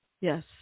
Yes